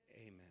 Amen